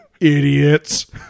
idiots